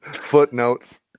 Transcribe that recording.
footnotes